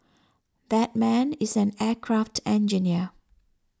that man is an aircraft engineer